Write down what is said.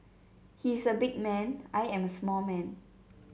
he is a big man I am a small man